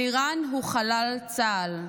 אלירן הוא חלל צה"ל.